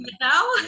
now